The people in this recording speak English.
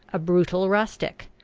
a brutal rustic,